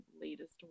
latest